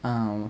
mm